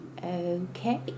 Okay